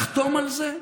לחתום על זה?